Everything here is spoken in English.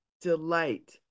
Delight